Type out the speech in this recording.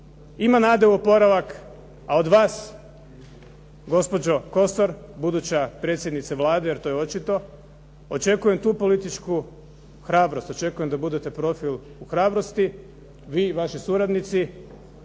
Ima nade u oporavak a od vas gospođo Kosor, buduća predsjednice Vlade, a to je očito, očekujem tu političku hrabrost, očekujem da budete profil u hrabrosti vi i vaši suradnici,